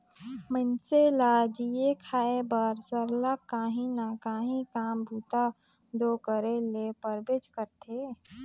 मइनसे ल जीए खाए बर सरलग काहीं ना काहीं काम बूता दो करे ले परबेच करथे